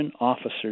officers